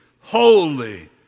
holy